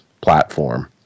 platform